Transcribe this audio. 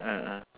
ah ah